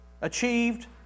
achieved